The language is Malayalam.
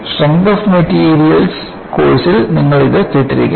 സ്ട്രെങ്ത് ഓഫ് മെറ്റീരിയൽസ് കോഴ്സിൽ നിങ്ങൾ ഇത് കേട്ടിരിക്കാം